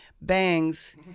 bangs